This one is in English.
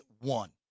one